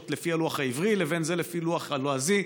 לפי הלוח העברי לבין זה לפי הלוח הלועזי,